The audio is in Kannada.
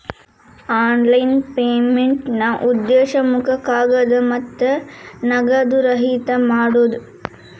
ಆನ್ಲೈನ್ ಪೇಮೆಂಟ್ನಾ ಉದ್ದೇಶ ಮುಖ ಕಾಗದ ಮತ್ತ ನಗದು ರಹಿತ ಮಾಡೋದ್